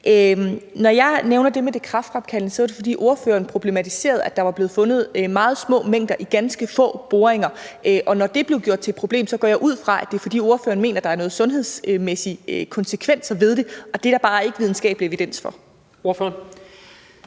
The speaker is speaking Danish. Når jeg nævner det med det kræftfremkaldende, er det, fordi ordføreren problematiserede, at der var blevet fundet meget små mængder i ganske få boringer. Og når det blev gjort til et problem, går jeg ud fra, at det er, fordi ordføreren mener, at der er nogle sundhedsmæssige konsekvenser ved det – og det er der bare ikke videnskabelig evidens for. Kl.